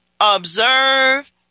Observe